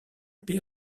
paix